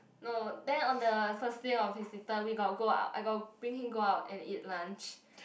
no then on the first day of his intern we got go I got bring him go out and eat lunch